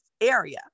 area